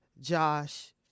josh